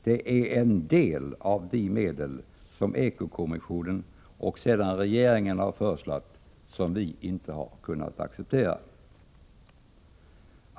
Det är en del av de medel som eko-kommissionen och sedan regeringen har föreslagit som vi inte har kunnat acceptera.